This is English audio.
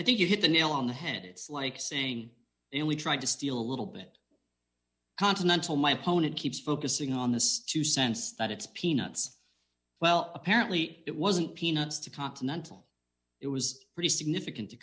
i think you hit the nail on the head it's like saying and we tried to steal a little bit continental my opponent keeps focusing on this zero dollars two cents that it's peanuts well apparently it wasn't peanuts to continental it was pretty significant